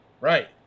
Right